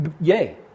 Yay